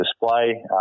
display